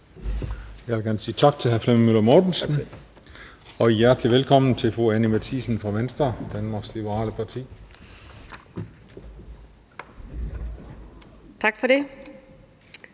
Jeg vil gerne sige tak til hr. Flemming Møller Mortensen. Og hjertelig velkommen til fru Anni Matthiesen fra Venstre, Danmarks Liberale Parti. Kl.